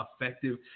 effective